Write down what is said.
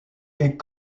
est